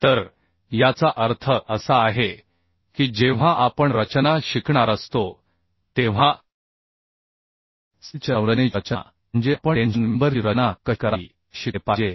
तर याचा अर्थ असा आहे की जेव्हा आपण रचना शिकणार असतो तेव्हा स्टीलच्या संरचनेची रचना म्हणजे आपण टेन्शन मेंबर ची रचना कशी करावी हे शिकले पाहिजे